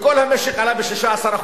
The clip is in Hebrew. וכל המשק עלה ב-16%.